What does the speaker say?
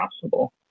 possible